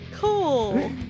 Cool